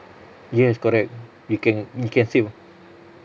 yes correct you can you can say